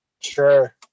Sure